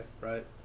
right